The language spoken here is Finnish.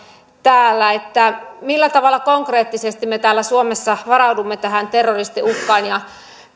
täällä millä tavalla konkreettisesti me täällä suomessa varaudumme tähän terroristiuhkaan